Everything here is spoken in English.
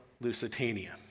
Lusitania